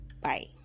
bye